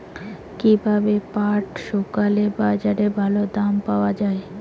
কীভাবে পাট শুকোলে বাজারে ভালো দাম পাওয়া য়ায়?